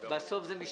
מי נגד, מי נמנע?